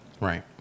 right